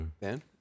Ben